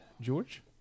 George